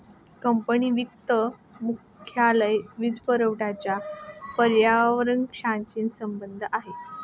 company वित्त मुख्यतः वित्तपुरवठ्याच्या पर्यवेक्षणाशी संबंधित आहे